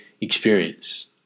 experience